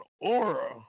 aura